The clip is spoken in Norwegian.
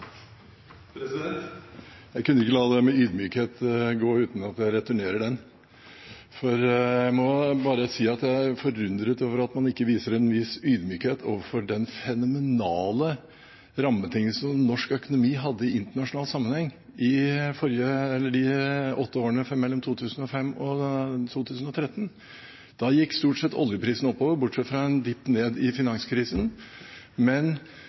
Jeg kan ikke la dette med ydmykhet gå uten at jeg returnerer den, for jeg må bare si at jeg er forundret over at man ikke viser en viss ydmykhet overfor de fenomenale rammebetingelser som norsk økonomi hadde i internasjonal sammenheng i de åtte årene mellom 2005 og 2013. Da gikk stort sett oljeprisene oppover, bortsett fra en «dip» ned i finanskrisen, men